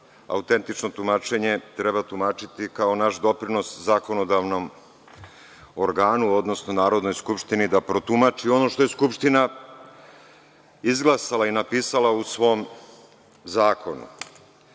autentično tumačenje treba tumačiti kao naš doprinos zakonodavnog organu, odnosno Narodnoj skupštini da protumači ono što je Skupština izglasala i napisala u svom zakonu.